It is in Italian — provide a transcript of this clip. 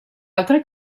altre